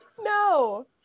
no